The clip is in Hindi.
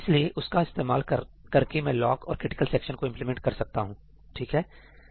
इसलिए उसका इस्तेमाल करके मैं लॉक और क्रिटिकल सेक्शन को इंप्लीमेंट कर सकता हूं ठीक है